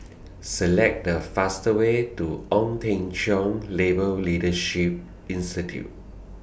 Select The fastest Way to Ong Teng Cheong Labour Leadership Institute